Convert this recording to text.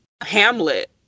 Hamlet